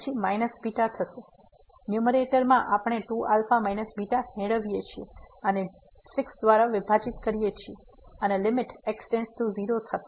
તેથી ન્યુમેરેટર માં આપણે 2α β મેળવીએ છીએ અને 6 દ્વારા વિભાજીત કરીએ છીએ અને લીમીટ x → 0